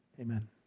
Amen